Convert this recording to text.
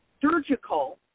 surgical